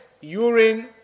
urine